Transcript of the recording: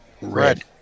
red